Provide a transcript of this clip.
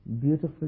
beautiful